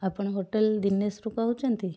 ଆପଣ ହୋଟେଲ ଦିନେଶରୁ କହୁଛନ୍ତି